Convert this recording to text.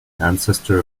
ancestor